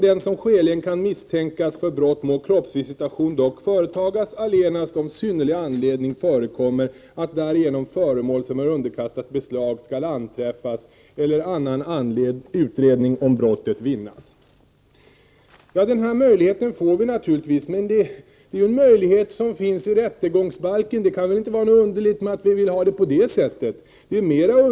Denna möjlighet finns alltså redan i rättegångsbalken, men vårt förslag innebär att polisen får ökade möjligheter i det här avseendet. Det kan väl inte vara något underligt med att vi vill ha det på det sättet?